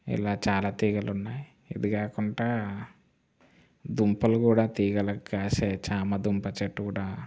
ఇలా చాలా తీగలున్నాయి ఇదికాకుండా దుంపలు కూడా తీగలు కాసే చామదుంప చెట్టు కూడా